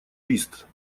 лист